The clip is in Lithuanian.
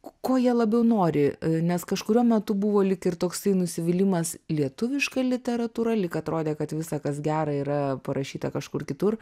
ko jie labiau nori nes kažkuriuo metu buvo lyg ir toksai nusivylimas lietuviška literatūra lyg atrodė kad visa kas gera yra parašyta kažkur kitur